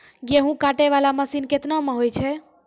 गेहूँ काटै वाला मसीन केतना मे होय छै?